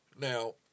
Now